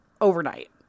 overnight